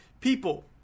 People